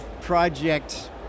project